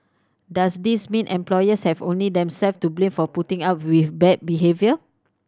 does this mean employees have only themselves to blame for putting up with bad behaviour